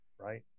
right